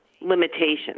limitations